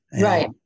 Right